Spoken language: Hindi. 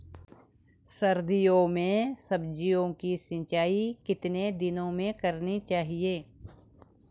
सर्दियों में सब्जियों की सिंचाई कितने दिनों में करनी चाहिए?